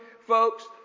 folks